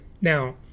Now